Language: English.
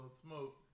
smoke